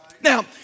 Now